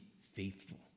faithful